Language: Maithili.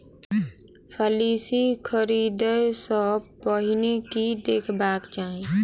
पॉलिसी खरीदै सँ पहिने की देखबाक चाहि?